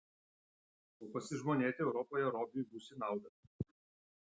o pasižmonėti europoje robiui bus į naudą